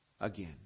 again